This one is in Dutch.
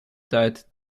duidt